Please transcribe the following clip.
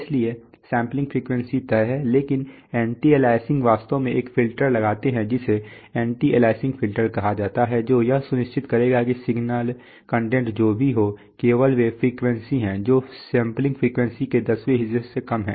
इसलिए sampling frequency तय है लेकिन एंटी अलियासिंग वास्तव में एक फिल्टर लगाते हैं जिसे एंटी अलियासिंग फिल्टर कहा जाता है जो यह सुनिश्चित करेगा कि सिग्नल कंटेंट जो भी हो केवल वे फ्रीक्वेंसी हैं जो सैंपलिंग फ्रीक्वेंसी के दसवें हिस्से से कम हैं